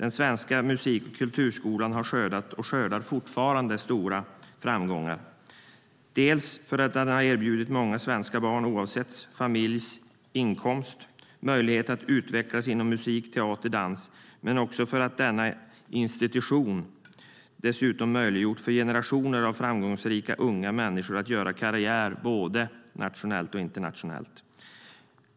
Den svenska musik och kulturskolan har skördat och skördar fortfarande stora framgångar, inte bara för att den har erbjudit många svenska barn, oavsett familjens inkomst, möjlighet att utvecklas inom musik, teater och dans utan också för att denna institution dessutom möjliggjort för generationer av framgångsrika, unga människor att göra karriär både nationellt och internationellt.